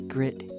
Grit